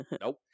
Nope